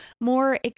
more